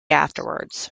afterwards